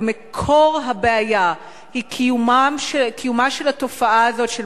ומקור הבעיה הוא קיומה של התופעה הזאת של